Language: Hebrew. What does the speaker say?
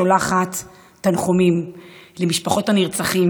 אני שולחת תנחומים למשפחות הנרצחים